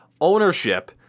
ownership